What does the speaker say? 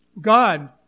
God